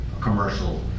commercial